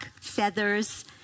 feathers